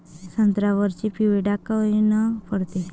संत्र्यावर पिवळे डाग कायनं पडते?